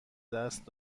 دست